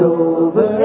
over